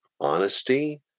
honesty